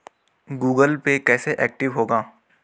Google Pay कैसे active होगा?